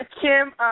Kim